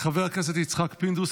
חבר הכנסת יצחק פינדרוס,